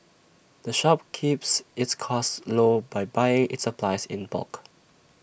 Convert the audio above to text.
the shop keeps its costs low by buying its supplies in bulk